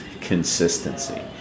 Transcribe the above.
consistency